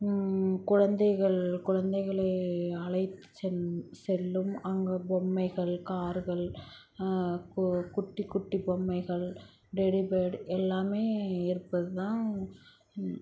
குழந்தைகள் குழந்தைகளை அழைத்துச் செல் செல்லும் அங்கு பொம்மைகள் கார்கள் கு குட்டி குட்டி பொம்மைகள் டெடிபேர்ட் எல்லாமே இருப்பது தான்